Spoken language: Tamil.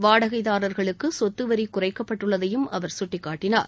வாடகைதாரர்களுக்கு சொத்துவரி குறைக்கப்பட்டுள்ளதையும் அவர் சுட்டிக்காட்டினார்